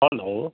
hello